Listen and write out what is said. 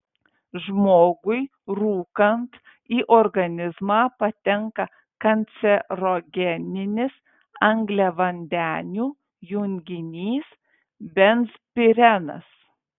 žmogui rūkant į organizmą patenka kancerogeninis angliavandenių junginys benzpirenas